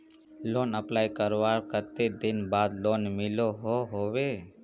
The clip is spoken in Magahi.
लोन अप्लाई करवार कते दिन बाद लोन मिलोहो होबे?